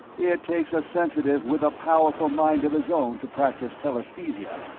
it takes a sensitive with a powerful mind of his own to practice telesthesia,